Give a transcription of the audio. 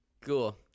Cool